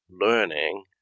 learning